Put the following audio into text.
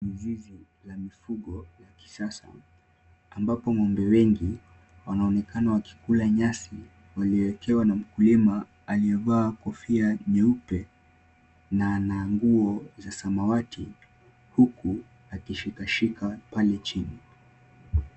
Ni zizi la mifugo la kisasa ambapo ng'ombe wengi wanaonekana wakikula nyasi waliowekewa na mkulima aliyevaa kofia nyeupe na ana nguo za samawati huku akishikashika pale chini.